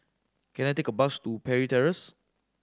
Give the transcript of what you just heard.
can I take a bus to Parry Terrace